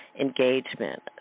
engagement